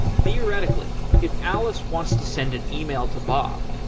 theoretically, if alice wants to send an yeah e-mail to bob,